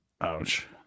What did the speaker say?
Ouch